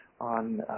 on